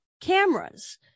cameras